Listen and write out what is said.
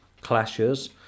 clashes